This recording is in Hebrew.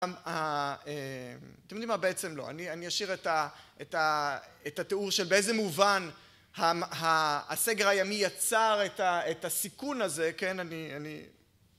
אתם יודעים מה? בעצם לא. אני אשאיר את התיאור של באיזה מובן הסגר הימי יצר את הסיכון הזה. כן, אני...